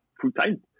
full-time